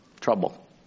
trouble